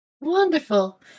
Wonderful